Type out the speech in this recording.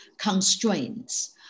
constraints